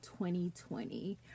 2020